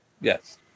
Yes